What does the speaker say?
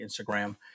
Instagram